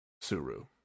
Suru